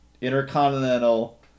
intercontinental